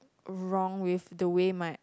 wrong with the way my